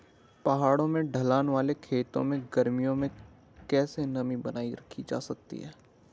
पहाड़ों में ढलान वाले खेतों में गर्मियों में कैसे नमी बनायी रखी जा सकती है?